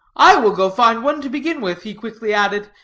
i will go find one to begin with, he quickly added,